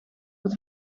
het